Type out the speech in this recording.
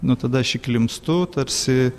nu tada aš įklimpstu tarsi